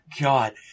god